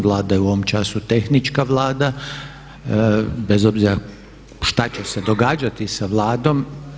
Vlada je u ovom času tehnička Vlada bez obzira šta će se događati sa Vladom.